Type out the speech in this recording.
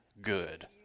good